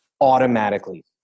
automatically